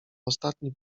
ostatni